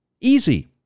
easy